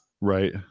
Right